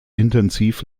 intensiv